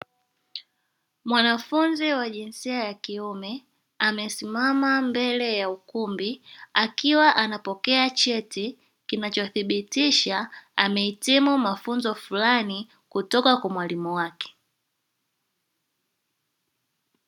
Mwanafunzi wa jinsia ya kiume amesimama mbele ya ukumbi akiwa anapokea cheti, kinachothibitisha amehitimu mafunzo fulani kutoka kwa mwalimu wake.